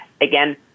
again